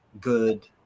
good